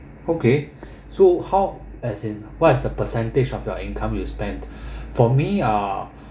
okay so how as in what's the percentage of your income you spend for me uh